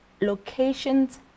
locations